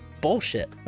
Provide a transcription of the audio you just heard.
bullshit